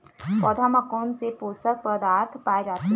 पौधा मा कोन से पोषक पदार्थ पाए जाथे?